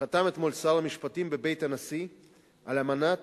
חתם אתמול שר המשפטים בבית הנשיא על אמנת